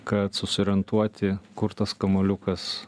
kad susiorientuoti kur tas kamuoliukas